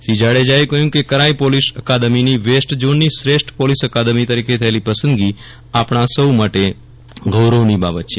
શ્રી જાડેજાએ કહ્યું કે કરાઈ પોલીસ અકાદમીની વેસ્ટ ઝોનની શ્રેષ્ઠ પોલીસ અકાદમી તરીકે થયેલી પસંદગી આપણા સહુ માટે ગૌરવની બાબત છે